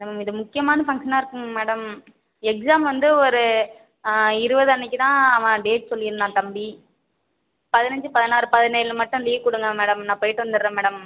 ma'am இது முக்கியமான ஃபங்க்ஷனாக இருக்குங்க மேடம் எக்ஸாம் வந்து ஒரு இருபது அன்னைக்கு தான் அவன் டேட் சொல்லிருந்தான் தம்பி பதினஞ்சு பதினாறு பதினேழு மட்டும் லீவ் கொடுங்க மேடம் நான் போய்விட்டு வந்துடுறேன் மேடம்